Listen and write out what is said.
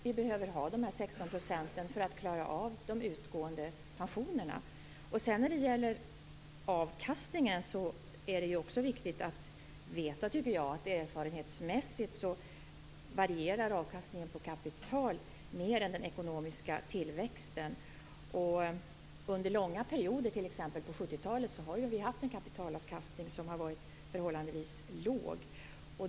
Vi behöver ha dessa När det gäller avkastningen tycker jag att det är viktigt att veta att erfarenhetsmässigt varierar avkastningen på kapital mer än den ekonomiska tillväxten. Under långa perioder, t.ex. på 70-talet, har vi ju haft en kapitalavkastning som har varit förhållandevis låg.